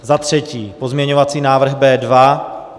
Za třetí pozměňovací návrh B2.